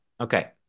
Okay